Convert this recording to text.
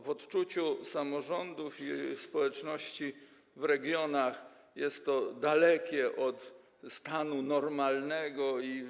W odczuciu samorządów i społeczności w regionach jest to dalekie od normalnego stanu.